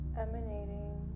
emanating